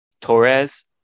Torres